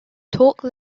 torque